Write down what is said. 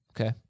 Okay